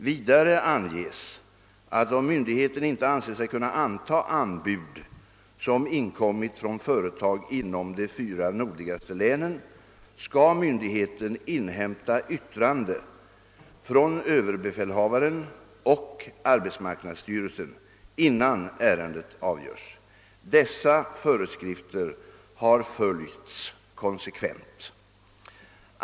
Vidare anges att om myndigheten inte anser sig kunna anta anbud som inkommit från företag inom de fyra nordligaste länen, skall myndigheten inhämta yttrande från överbefälhavaren och arbetsmarknadsstyrelsen innan ärendet avgörs. Dessa föreskrifter har följts konsekvent.